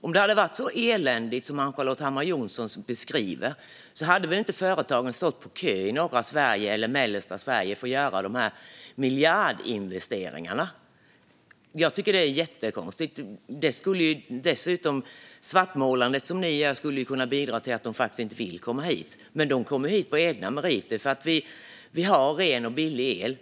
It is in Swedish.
Om det hade varit så eländigt som Ann-Charlotte Hammar Johnsson beskriver det hade inte företagen stått på kö i norra och mellersta Sverige för att göra de här miljardinvesteringarna, så jag tycker att det är jättekonstigt. Dessutom skulle ert svartmålande kunna bidra till att de faktiskt inte vill komma hit. Men de kommer hit på egna meriter för att vi har ren och billig el.